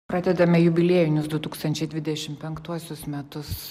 pradedame jubiliejinius du tūkstančiai dvidešim penktuosius metus